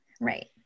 Right